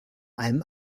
einem